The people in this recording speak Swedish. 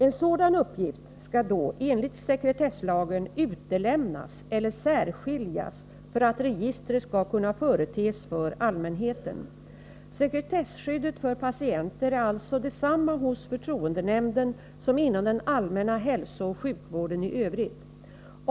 En sådan uppgift skall då enligt sekretesslagen utelämnas eller särskiljas för att registret skall kunna företes för allmänheten. Sekretesskyddet för patienter är alltså detsamma hos förtroendenämnden som inom den allmänna hälsooch sjukvården i övrigt.